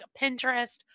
Pinterest